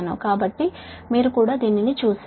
కాబట్టి మీరు కూడా దీనిని చూశారు